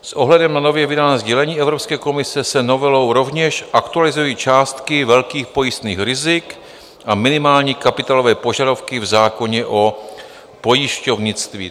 S ohledem na nově vydané sdělení Evropské komise se novelou rovněž aktualizují částky velkých pojistných rizik a minimální kapitálové požadavky v zákoně o pojišťovnictví.